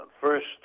first